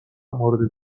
مورد